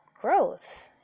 growth